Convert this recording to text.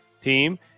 team